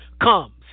comes